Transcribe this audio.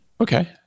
Okay